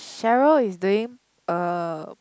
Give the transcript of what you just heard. Cheryl is doing uh